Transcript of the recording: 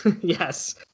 Yes